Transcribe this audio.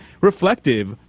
reflective